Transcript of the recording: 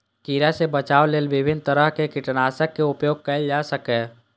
कीड़ा सं बचाव लेल विभिन्न तरहक कीटनाशक के उपयोग कैल जा सकैए